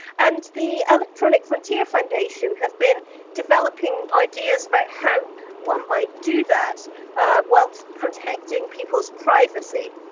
and the electronic frontier foundation have been developing ideas about how one might do that whilst protecting people's privacy.